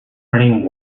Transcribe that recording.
running